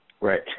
Right